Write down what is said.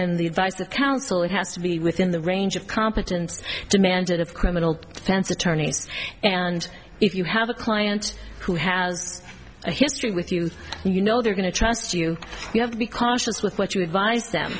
and the advice of counsel it has to be within the range of competence demanded of criminal defense attorneys and if you have a client who has a history with you you know they're going to trust you you have to be cautious with what you advise them